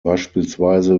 beispielsweise